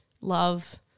love